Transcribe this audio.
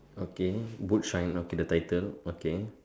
okay boot shine okay the title okay okay